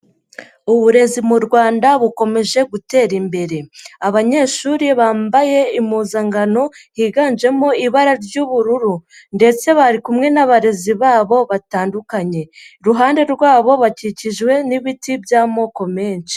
Uburezi mu Rwanda bukomeje gutera imbere, abanyeshuri bambaye impuzankano higanjemo ibara ry'ubururu ndetse bari kumwe n'abarezi babo batandukanye, iruhande rwabo bakikijwe n'ibiti by'amoko menshi.